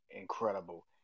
incredible